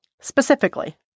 Specifically